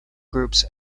groups